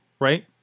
right